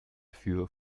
für